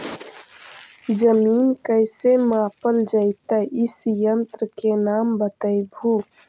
जमीन कैसे मापल जयतय इस यन्त्र के नाम बतयबु?